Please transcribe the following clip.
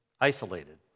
isolated